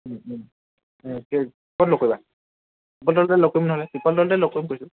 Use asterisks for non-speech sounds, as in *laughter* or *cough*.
*unintelligible* ক'ত লগ কৰিবা পিপল তলতে লগ কৰিম নহ'লে পিপল তলতে লগ কৰিম কৈছোঁ